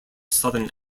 southern